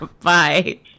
Bye